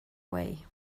way